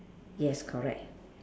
yes correct